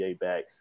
back